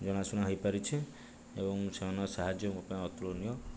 ଜଣା ଶୁଣା ହେଇପାରିଛି ଏବଂ ସେମାନଙ୍କ ସାହାଯ୍ୟ ମୋ ପାଇଁ ଅତୁଳନୀୟ